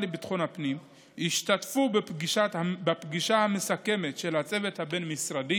לביטחון הפנים ישתתפו בפגישה המסכמת של הצוות הבין-משרדי